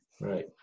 right